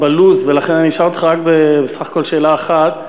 ולכן אני אשאל אותך בסך הכול שאלה אחת.